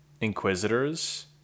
Inquisitors